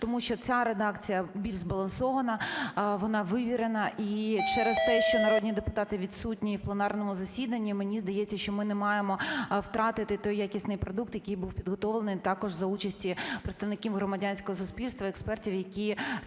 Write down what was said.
Тому що ця редакція більш збалансована, вона вивірена. І через те, що народні депутати відсутні на пленарному засіданні, мені здається, що ми не маємо втратити той якісний продукт, який був підготовлений також за участі представників громадянського суспільства і експертів, які спеціалізуються